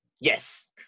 Yes